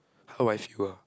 how I feel ah